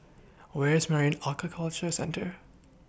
Where IS Marine Aquaculture Centre